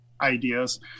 ideas